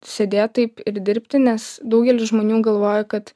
sėdėt taip ir dirbti nes daugelis žmonių galvoja kad